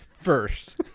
first